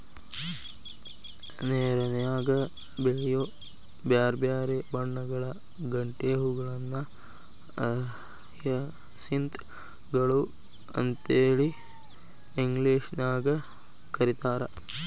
ನೇರನ್ಯಾಗ ಬೆಳಿಯೋ ಬ್ಯಾರ್ಬ್ಯಾರೇ ಬಣ್ಣಗಳ ಗಂಟೆ ಹೂಗಳನ್ನ ಹಯಸಿಂತ್ ಗಳು ಅಂತೇಳಿ ಇಂಗ್ಲೇಷನ್ಯಾಗ್ ಕರೇತಾರ